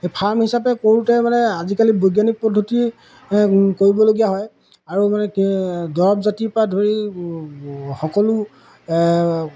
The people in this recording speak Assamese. এই ফাৰ্ম হিচাপে কৰোঁতে মানে আজিকালি বৈজ্ঞানিক পদ্ধতি কৰিবলগীয়া হয় আৰু মানে দৰৱ জাতিৰ পৰা ধৰি সকলো